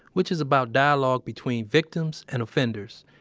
which is about dialog between victims and offenders.